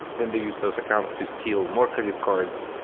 then they use those accounts to steal more credit cards.